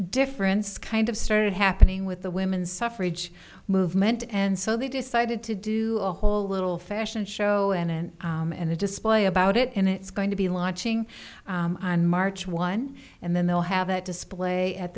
difference kind of started happening with the women's suffrage movement and so they decided to do a whole little fashion show annan and the display about it and it's going to be launching in march one and then they'll have a display at